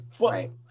right